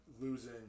losing